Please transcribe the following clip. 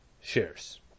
shares